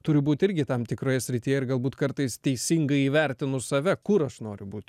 turi būt irgi tam tikroje srityje ir galbūt kartais teisingai įvertinus save kur aš noriu būt